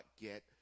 get